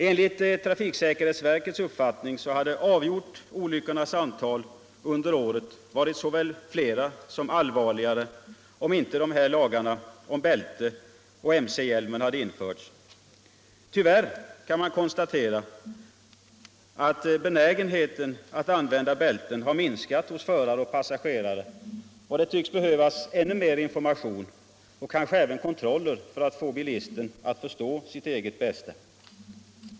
Enligt trafiksäkerhetsverkets uppfattning hade olyckorna under året avgjort varit såväl flera som allvarligare, om inte Tyvärr kan man konstatera att benägenheten att använda bälten har minskat hos förare och passagerare. Det tycks behövas ännu mer information och kanske även kontroller för att få bilisterna att förstå sitt eget bästa.